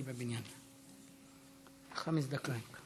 חמש דקות.